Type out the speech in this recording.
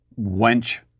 wench